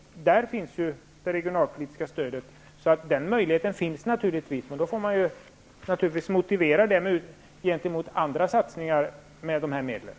Där finns det regionalpolitiska stödet. Man får naturligtvis motivera detta gentemot andra satsningar med dessa medel.